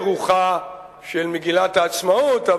ברוחה של מגילת העצמאות,